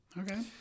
Okay